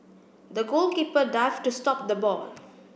the goalkeeper dived to stop the ball